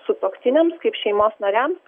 sutuoktiniams kaip šeimos nariams